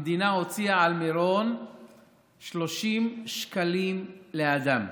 המדינה הוציאה על מירון 30 שקלים לאדם,